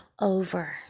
over